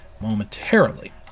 momentarily